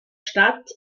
stadt